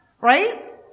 right